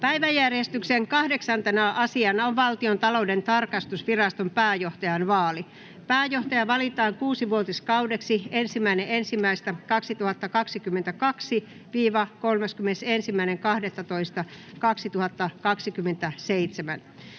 Päiväjärjestyksen 8. asiana on Valtiontalouden tarkastusviraston pääjohtajan vaali. Pääjohtaja valitaan kuusivuotiskaudeksi 1.1.2022—31.12.2027.